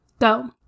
go